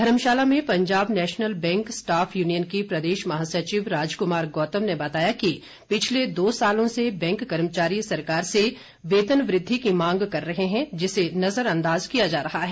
धर्मशाला में Punjab National Bank staff union के प्रदेश महासचिव राजकुमार गौतम ने बताया कि पिछले दो सालों से बैंक कर्मचारी सरकार से वेतन वृद्धि की मांग कर रहे हैं जिसे नजर अंदाज किया जा रहा है